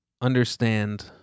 understand